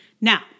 Now